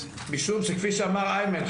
משום שכפי שאמר איימן,